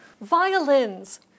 Violins